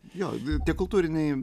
jo tie kultūriniai